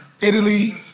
Italy